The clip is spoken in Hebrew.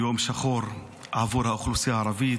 יום שחור עבור האוכלוסייה הערבית.